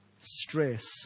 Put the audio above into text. stress